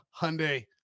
Hyundai